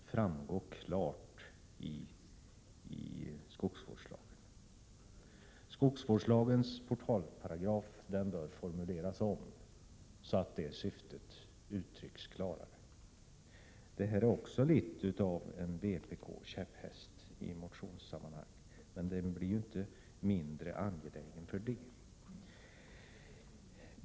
Detta skall naturligtvis klart framgå av skogsvårdslagen, vars JT oo rodd portalparagraf bör formuleras om, så att detta syfte klarare uttrycks. Det här fen SN SKOgsDrpk är också litet av en vpk-käpphäst i motionssammanhang men blir inte mindre rr angeläget för det.